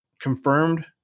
confirmed